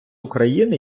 україни